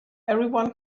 everyone